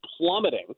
plummeting